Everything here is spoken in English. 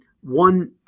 One